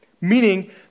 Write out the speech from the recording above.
meaning